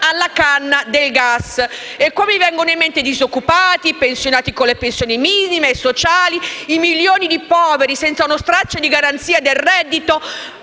grazie a tutti